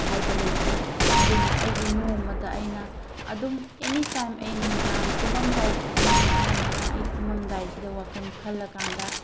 ꯍꯥꯏꯕ ꯂꯩꯇꯦ ꯑꯗꯨꯅ ꯑꯩꯒꯤ ꯅꯣꯡꯃꯗ ꯑꯩꯅ ꯑꯗꯨꯝ ꯑꯦꯅꯤꯇꯥꯏꯝ ꯑꯩ ꯅꯨꯡꯗꯥꯡ ꯇꯨꯃꯝꯗꯥꯏ ꯈꯨꯗꯤꯡꯒꯤ ꯑꯅꯝꯕꯅ ꯑꯩ ꯇꯨꯃꯝꯗꯥꯏꯁꯤꯗ ꯋꯥꯈꯜ ꯈꯜꯂꯒ